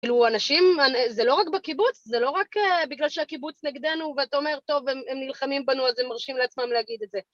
כאילו אנשים, זה לא רק בקיבוץ, זה לא רק בגלל שהקיבוץ נגדנו ואתה אומר, טוב, הם נלחמים בנו אז הם מרשים לעצמם להגיד את זה.